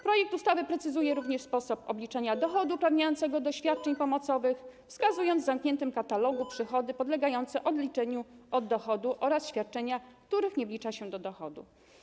Projekt ustawy precyzuje również sposób obliczania dochodu uprawniającego do świadczeń pomocowych, wskazując w zamkniętym katalogu przychody podlegające odliczeniu od dochodu oraz świadczenia, których nie wlicza się do dochodu.